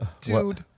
Dude